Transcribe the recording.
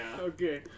Okay